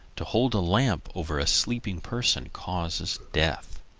to hold a lamp over a sleeping person causes death.